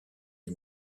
est